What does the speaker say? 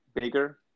bigger